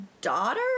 daughter